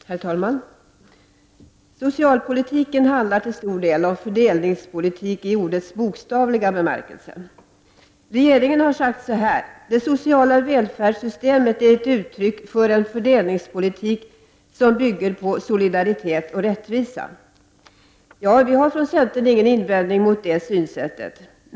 Herr talman! Socialpolitiken handlar till stor del om fördelningspolitik i ordets bokstavliga bemärkelse. Regeringen har sagt att det sociala välfärdssystemet är ett uttryck för en fördelningspolitik som bygger på solidaritet och rättvisa. Från centern har vi ingen invändning mot detta synsätt.